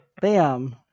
Bam